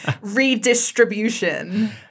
Redistribution